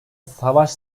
savaş